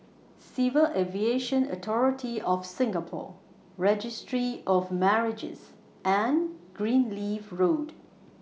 Civil Aviation Authority of Singapore Registry of Marriages and Greenleaf Road